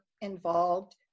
involved